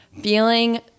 feeling